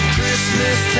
Christmas